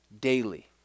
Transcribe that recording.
daily